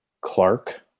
Clark